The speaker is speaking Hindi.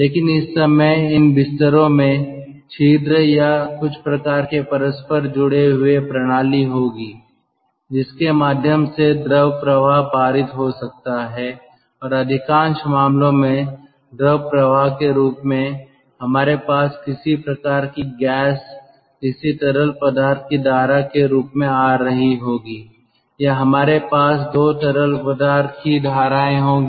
लेकिन इस समय इन बिस्तरों में छिद्र या कुछ प्रकार के परस्पर जुड़े हुए प्रणाली होगी जिसके माध्यम से द्रव प्रवाह पारित हो सकता है और अधिकांश मामलों में द्रव प्रवाह के रूप में हमारे पास किसी प्रकार की गैस किसी तरल पदार्थ की धारा के रूप में आ रही होगी या हमारे पास दो तरल पदार्थ की धाराएं होंगी